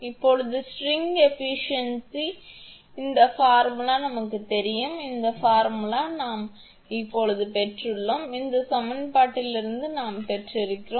இப்போது ஸ்ட்ரிங் ஏபிசியன்சி இந்த பார்முலா நமக்குத் தெரியும் இந்த பார்முலா நாம் இப்போது பெற்றுள்ளோம் இந்த சமன்பாட்டிலிருந்து நாம் பெற்றிருக்கிறோம்